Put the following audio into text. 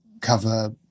cover